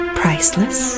priceless